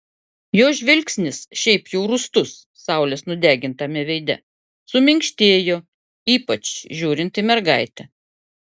jo žvilgsnis šiaip jau rūstus saulės nudegintame veide suminkštėjo ypač žiūrint į mergaitę